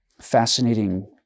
fascinating